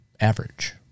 average